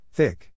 Thick